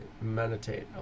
meditate